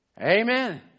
Amen